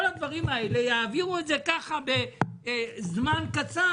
כל הדברים האלה יעבירו בזמן קצר,